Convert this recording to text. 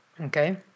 Okay